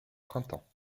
printemps